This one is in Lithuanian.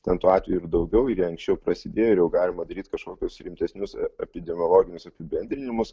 ten tų atvejų ir daugiau ir jie anksčiau prasidėjo ir jau galima daryt kažkokius rimtesnius epidemiologinius apibendrinimus